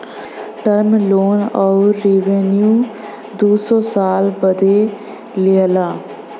term loan अउर revenue दू से सात साल बदे लिआला